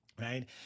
right